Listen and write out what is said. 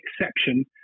exception